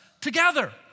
together